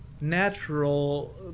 natural